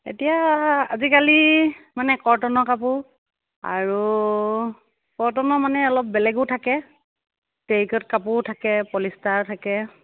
এতিয়া আজিকালি মানে কটনৰ কাপোৰ আৰু কটনৰ মানে অলপ বেলেগো থাকে টেৰিকটৰ কাপোৰো থাকে পলিষ্টাৰৰ থাকে